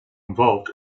involved